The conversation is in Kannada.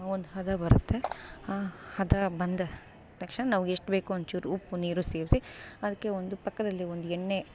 ಒಂದು ಹದ ಬರುತ್ತೆ ಆ ಹದ ಬಂದ ತಕ್ಷಣ ನಮ್ಗೆಷ್ಟು ಬೇಕೋ ಒಂದ್ಚೂರು ಉಪ್ಪು ನೀರು ಸೇರಿಸಿ ಅದಕ್ಕೆ ಒಂದು ಪಕ್ಕದಲ್ಲಿ ಒಂದು ಎಣ್ಣೆ